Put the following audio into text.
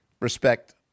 respect